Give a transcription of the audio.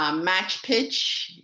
um match pitch